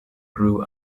grew